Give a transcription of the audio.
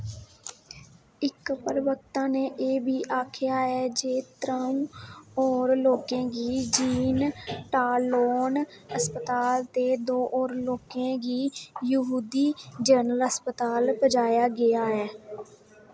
इक प्रवक्ता ने एह् बी आखेआ ऐ जे त्र'ऊं होर लोकें गी जीन टालोन अस्पताल ते दो होर लोकें गी यहूदी जनरल अस्पताल पजाया गेआ ऐ